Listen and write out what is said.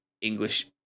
English